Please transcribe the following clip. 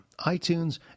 iTunes